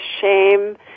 shame